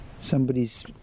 somebody's